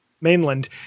mainland